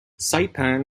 saipan